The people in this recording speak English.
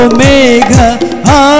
Omega